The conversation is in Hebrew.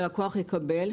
באישור העקרוני שהלקוח יקבל,